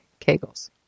Kegels